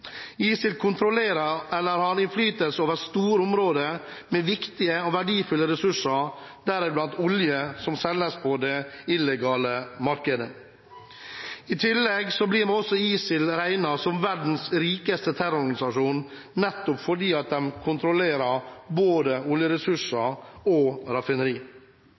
ISIL kontrollerer eller har innflytelse over store områder med viktige og verdifulle ressurser, deriblant olje, som selges på det illegale markedet. I tillegg blir ISIL regnet for å være verdens rikeste terrororganisasjon, nettopp fordi den kontrollerer både oljeressurser og